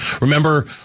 remember